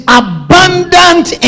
abundant